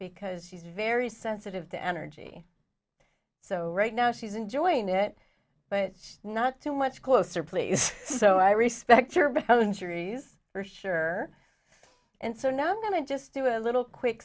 because she's very sensitive to energy so right now she's enjoying it but not too much closer please so i respect your injuries for sure and so now i'm going to just do a little quick